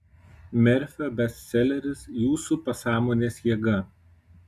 merfio bestseleris jūsų pasąmonės jėga